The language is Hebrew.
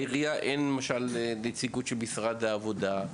אבל בעירייה אין למשל נציגות של משרד העבודה.